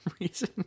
reason